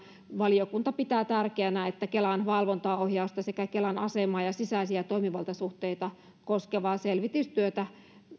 valiokunta pitää tärkeänä että kelan valvontaa ohjausta sekä kelan asemaa ja sisäisiä toimivaltasuhteita koskevaa selvitystyötä